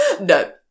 No